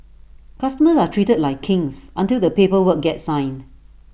customers are treated like kings until the paper work gets signed